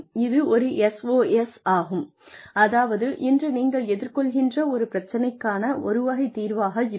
இது ஒரு SOS ஆகும் அதாவது இன்று நீங்கள் எதிர்கொள்கின்ற ஒரு பிரச்சினைக்கான ஒரு வகை தீர்வாக இருக்கும்